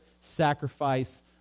sacrifice